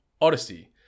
Odyssey